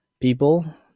people